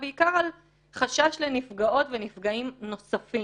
אלא בעיקר על החשש לנפגעות ונפגעים נוספים.